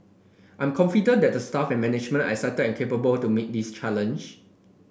I'm confident that the staff and management are excited and capable to meet this challenge